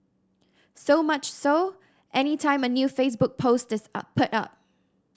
so much so any time a new Facebook post is up put up